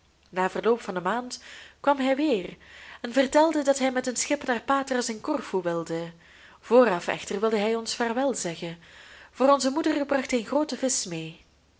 na verloop van een maand kwam hij weer en vertelde dat hij met een schip naar patras en corfu wilde vooraf echter wilde hij ons vaarwel zeggen voor onze moeder bracht hij een grooten visch mee